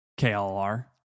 KLR